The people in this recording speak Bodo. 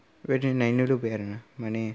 बेबायदि नायनो लुबैयो आरो ना माने